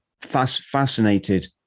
fascinated